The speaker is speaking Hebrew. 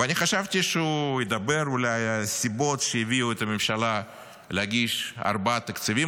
ואני חשבתי שהוא ידבר על הסיבות שהביאו את הממשלה להגיש ארבעה תקציבים